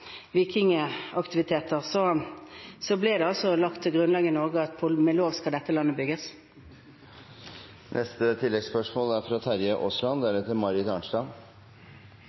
ble det lagt til grunn i Norge at «med lov skal landet bygges».